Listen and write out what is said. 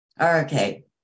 Okay